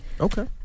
Okay